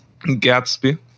Gatsby